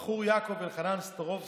יש נשות הפרובוקציה,